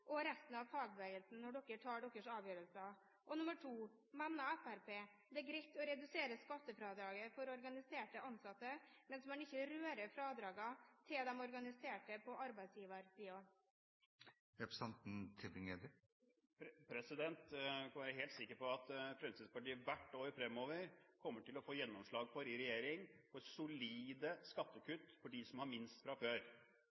og resten av fagbevegelsen når Fremskrittspartiet tar sine avgjørelser? Og nr. 2: Mener Fremskrittspartiet at det er greit å redusere skattefradraget for organiserte ansatte, mens man ikke rører fradragene til de organiserte på arbeidsgiversiden? Du kan være helt sikker på at Fremskrittspartiet hvert år fremover i regjering kommer til å få gjennomslag for solide skattekutt for dem som har minst fra før.